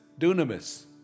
dunamis